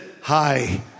Hi